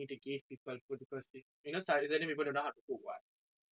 so I think